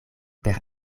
per